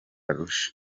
arusha